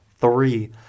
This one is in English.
Three